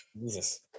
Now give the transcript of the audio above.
Jesus